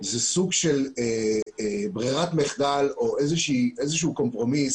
זה סוג של ברירת מחדל או איזשהו קומפרומיס